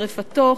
שרפתו,